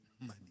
money